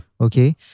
Okay